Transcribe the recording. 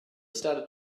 started